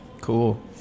Cool